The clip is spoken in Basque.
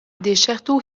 desertu